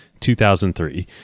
2003